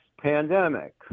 pandemic